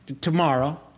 tomorrow